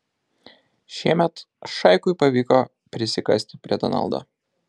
šiemet šaikui pavyko prisikasti prie donaldo